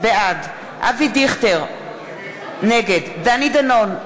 בעד אבי דיכטר, נגד דני דנון,